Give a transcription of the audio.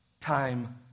time